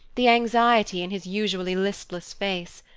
the anxiety in his usually listless face.